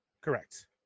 correct